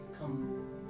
come